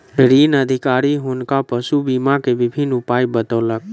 ऋण अधिकारी हुनका पशु बीमा के विभिन्न उपाय बतौलक